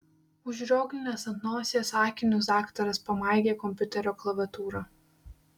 užrioglinęs ant nosies akinius daktaras pamaigė kompiuterio klaviatūrą